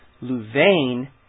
Louvain